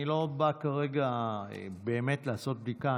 אני לא בא כרגע לעשות בדיקה.